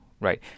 right